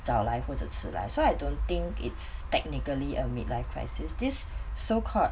早来或者迟来 so I don't think it's technically a mid life crisis this so called